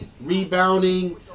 rebounding